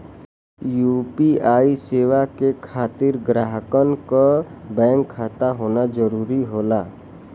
UPI सेवा के खातिर ग्राहकन क बैंक खाता होना जरुरी होला